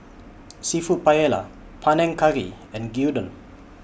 Seafood Paella Panang Curry and Gyudon